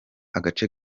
agace